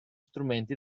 strumenti